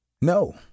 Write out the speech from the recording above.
no